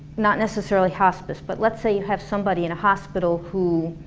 not necessarily hospice but let's say you have somebody in a hospital who